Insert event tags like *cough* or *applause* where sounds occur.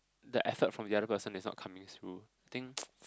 the effort from the other person is not coming through I think *noise*